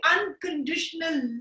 unconditional